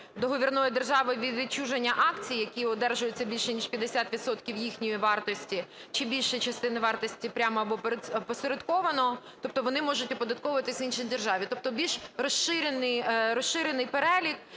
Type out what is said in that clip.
договірної держави від відчуження акцій, які одержуються більше ніж 50 відсотків їхньої вартості, чи більшої частини вартості прямо або опосередковано, тобто вони можуть оподатковуватись в іншій державі. Тобто більш розширений перелік